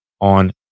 on